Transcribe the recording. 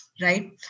Right